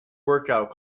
workout